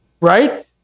Right